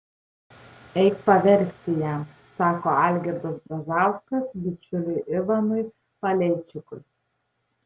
eik paversti jam sako algirdas brazauskas bičiuliui ivanui paleičikui